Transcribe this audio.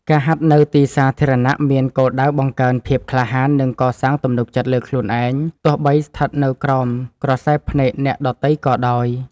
ការហាត់នៅទីសាធារណៈមានគោលដៅបង្កើនភាពក្លាហាន និងកសាងទំនុកចិត្តលើខ្លួនឯង ទោះបីស្ថិតនៅក្រោមក្រសែភ្នែកអ្នកដទៃក៏ដោយ។